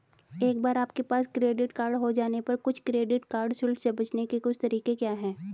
एक बार आपके पास क्रेडिट कार्ड हो जाने पर कुछ क्रेडिट कार्ड शुल्क से बचने के कुछ तरीके क्या हैं?